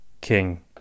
king